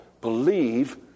believe